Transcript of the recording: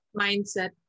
mindset